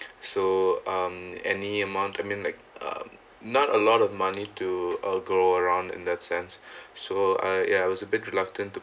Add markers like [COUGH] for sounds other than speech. so um any amount I mean like um not a lot of money to go around in that sense [BREATH] so uh ya was a bit reluctant to